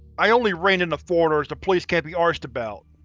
i only reined in the foreigners the police can't be arsed about!